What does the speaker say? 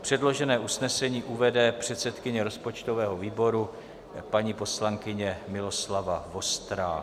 Předložené usnesení uvede předsedkyně rozpočtového výboru, paní poslankyně Miloslava Vostrá.